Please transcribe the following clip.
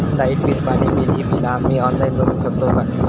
Light bill, पाणी bill, ही बिला आम्ही ऑनलाइन भरू शकतय का?